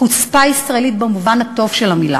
חוצפה ישראלית במובן הטוב של המילה.